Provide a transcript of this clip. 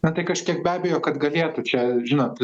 na tai kažkiek be abejo kad galėtų čia žinot